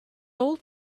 old